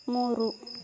ಮೂರು